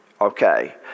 Okay